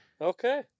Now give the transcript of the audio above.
Okay